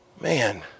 Man